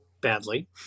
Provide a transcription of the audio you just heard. badly